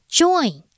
join